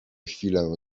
chwilę